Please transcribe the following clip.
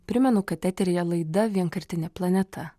primenu kad eteryje laida vienkartinė planeta